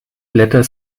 blätter